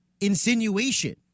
insinuation